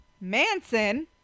Manson